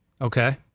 Okay